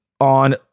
on